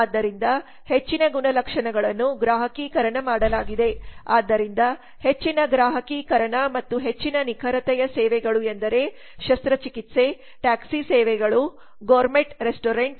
ಆದ್ದರಿಂದ ಹೆಚ್ಚಿನ ಗುಣಲಕ್ಷಣಗಳನ್ನು ಗ್ರಾಹಕೀಕರಣ ಮಾಡಲಾಗಿದೆ ಆದ್ದರಿಂದ ಹೆಚ್ಚಿನ ಗ್ರಾಹಕೀಕರಣ ಮತ್ತು ಹೆಚ್ಚಿನ ನಿಖರತೆಯಾ ಸೇವೆಗಳು ಎಂದರೆ ಶಸ್ತ್ರಚಿಕಿತ್ಸೆ ಟ್ಯಾಕ್ಸಿ ಸೇವೆಗಳು ಗೌರ್ಮೆಟ್ ರೆಸ್ಟೋರೆಂಟ್